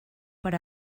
per